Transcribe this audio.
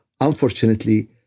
Unfortunately